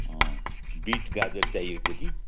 अँ बिट गाजर चाहिएको थियो कि